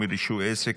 מה שנקרא רביבו אל-עזיז.